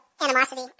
animosity